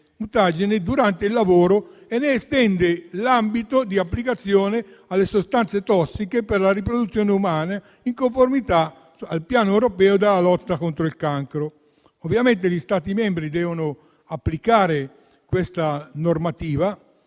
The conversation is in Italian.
durante il lavoro, estendendone l'ambito di applicazione alle sostanze tossiche per la riproduzione umana in conformità al piano europeo della lotta contro il cancro. Gli Stati membri non solo devono applicare questa normativa,